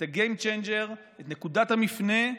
את ה-game changer, את נקודת המפנה,